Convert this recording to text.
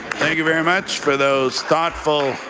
thank you very much for those thoughtful